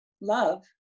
love